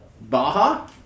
Baja